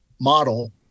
model